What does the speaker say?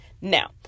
Now